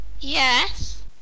Yes